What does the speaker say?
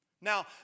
Now